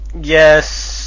yes